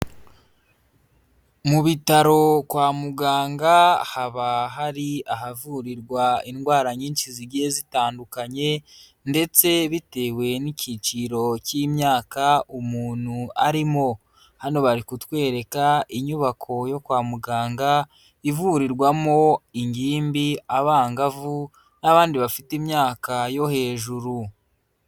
Mu bitaro kwa muganga haba hari ahavurirwa indwara nyinshi zigiye zitandukanye, ndetse bitewe n'icyiciro cy'imyaka umuntu arimo. Hano bari kutwereka inyubako yo kwa muganga ivurirwamo ingimbi, abangavu n'abandi bafite imyaka yo hejuru.